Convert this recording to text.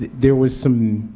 there was some,